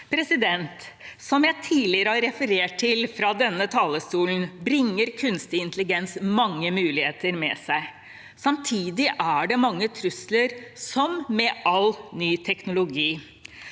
intelligens Som jeg tidligere har referert til fra denne talestolen, bringer kunstig intelligens mange muligheter med seg. Samtidig er det mange trusler – som med all ny teknologi.